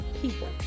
people